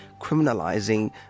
criminalizing